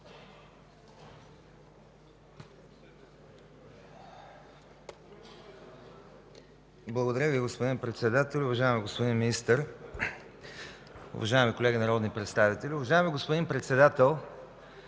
Благодаря Ви, господин Председателю. Уважаеми господин Министър, уважаеми колеги народни представители! Уважаеми господин Председател,